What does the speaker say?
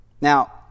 Now